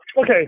Okay